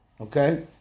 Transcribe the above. Okay